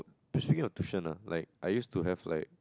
your tuition lah like I used to have like